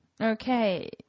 Okay